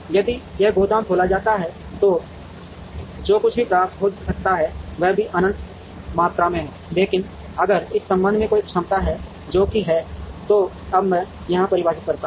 यदि यह गोदाम खोला जाता है तो जो कुछ भी प्राप्त हो सकता है वह अभी अनंत मात्रा में है लेकिन अगर इस संबंध में कोई क्षमता है जो कि है तो अब मैं यहां परिभाषित करता हूं